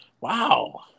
Wow